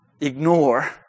ignore